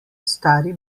stari